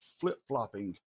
flip-flopping